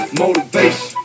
motivation